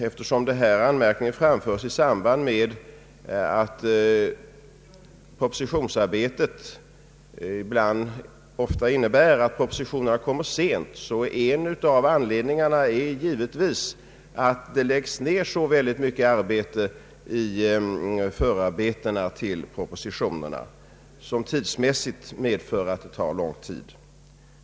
Eftersom anmärkningen har framförts, vill jag anföra, att det förhållandet att propositionerna ofta framläggs sent delvis beror på att det läggs ned ett omfattande arbete på förarbetena till propositionerna. Detta gör att det tar lång tid.